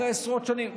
אחרי עשרות שנים,